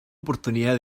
oportunidad